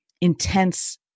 intense